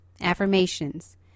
affirmations